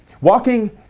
walking